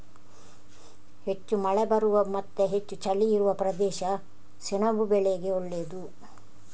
ಹೆಚ್ಚು ಮಳೆ ಬರುವ ಮತ್ತೆ ಹೆಚ್ಚು ಚಳಿ ಇರುವ ಪ್ರದೇಶ ಸೆಣಬು ಬೆಳೆಗೆ ಒಳ್ಳೇದು